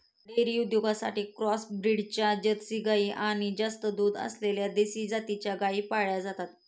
dairy उद्योगासाठी cross ब्रीडच्या Jersey गाई आणि जास्त दूध असलेल्या देशी जातीच्या गायी पाळल्या जातात